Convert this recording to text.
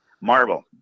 Marble